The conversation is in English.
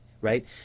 Right